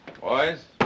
Boys